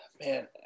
man